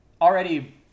already